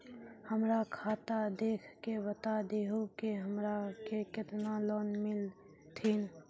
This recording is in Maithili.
हमरा खाता देख के बता देहु के हमरा के केतना लोन मिलथिन?